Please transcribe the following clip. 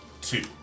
Two